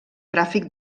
tràfic